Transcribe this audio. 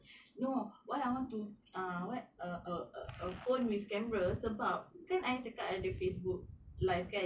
no what I want to err what err err a a phone with camera sebab kan I cakap I ada facebook live kan